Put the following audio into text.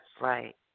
Right